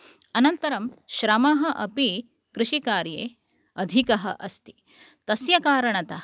अनन्तरं श्रमः अपि कृषिकार्ये अधिकः अस्ति तस्य कारणतः